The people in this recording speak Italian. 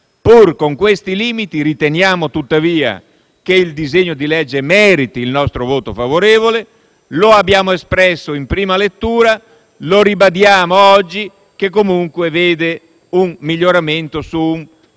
Pur con questi limiti riteniamo tuttavia che il disegno di legge meriti il nostro voto favorevole; lo abbiamo espresso in prima lettura e lo ribadiamo oggi che comunque vediamo un miglioramento su un